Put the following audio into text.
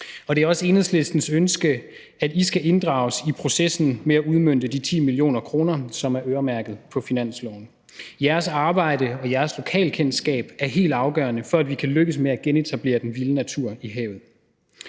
og det er også Enhedslistens ønske, at I skal inddrages i processen med at udmønte de 10 mio. kr., som er øremærket på finansloven. Jeres arbejde og jeres lokalkendskab er helt afgørende for, at vi kan lykkes med at genetablere den vilde natur i havet.